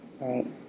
right